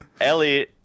Ellie